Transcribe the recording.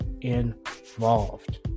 involved